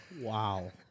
Wow